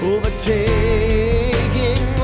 Overtaking